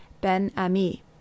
Ben-Ami